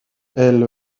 elle